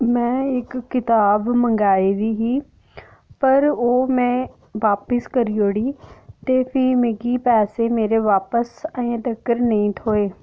में इक कताब मंगाई दी ही पर ओह् में बापस करी ओड़ी ते फ्ही मिगी पैसे मेरे बापस अजें तक्कर नेईं थ्होए